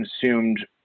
consumed